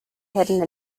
hidden